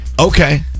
Okay